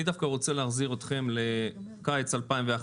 אני דווקא רוצה להחזיר אתכם לקיץ 2011,